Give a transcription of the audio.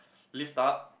lift up